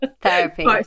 Therapy